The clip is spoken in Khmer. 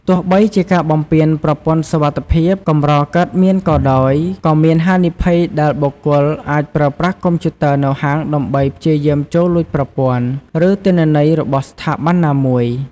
ទោះបីជាការបំពានប្រព័ន្ធសុវត្ថិភាព កម្រកើតមានក៏ដោយ ក៏មានហានិភ័យដែលបុគ្គលអាចប្រើប្រាស់កុំព្យូទ័រនៅហាងដើម្បីព្យាយាមចូលលួចប្រព័ន្ធ ឬទិន្នន័យរបស់ស្ថាប័នណាមួយ។